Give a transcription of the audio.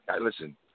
listen